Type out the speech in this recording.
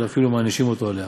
אלא אפילו מענישים אותה עליה.